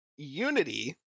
unity